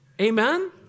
Amen